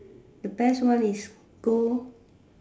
the best one is go